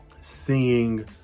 seeing